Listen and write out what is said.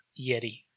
Yeti